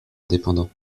indépendants